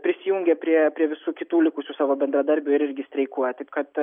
prisijungė prie prie visų kitų likusių savo bendradarbių ir irgi streikuoja taip kad